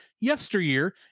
Yesteryear